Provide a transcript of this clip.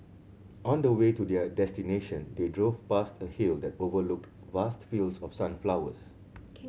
on the way to their destination they drove past a hill that overlooked vast fields of sunflowers